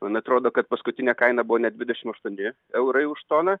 man atrodo kad paskutinė kaina buvo net dvidešim aštuoni eurai už toną